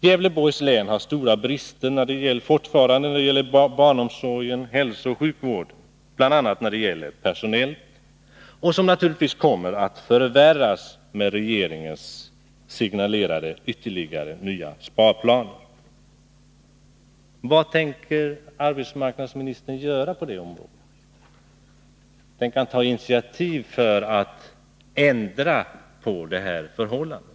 Gävleborgs län uppvisar fortfarande stora brister när det gäller barnom sorgen samt hälsooch sjukvården — bl.a. personellt. Naturligtvis kommer läget att förvärras i och med regeringens signalerade ytterligare sparplaner. Vad tänker arbetsmarknadsministern göra på det området? Tänker han ta initiativ för att ändra på det här förhållandet?